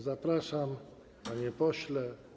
Zapraszam, panie pośle.